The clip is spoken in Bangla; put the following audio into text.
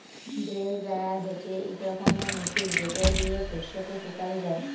গ্রেল ড্রায়ার হছে ইক রকমের মেশিল যেট লিঁয়ে শস্যকে শুকাল যায়